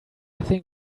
think